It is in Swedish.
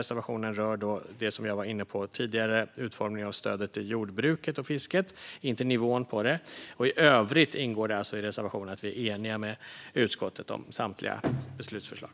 Den rör det som jag var inne på tidigare, nämligen utformningen av stödet till jordbruket och fisket - inte nivån på det. I övrigt ingår det alltså i reservationen att vi är eniga med utskottet om samtliga beslutsförslag.